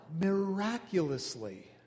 miraculously